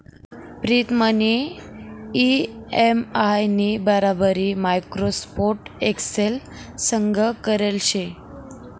प्रीतमनी इ.एम.आय नी बराबरी माइक्रोसॉफ्ट एक्सेल संग करेल शे